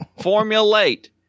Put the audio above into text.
formulate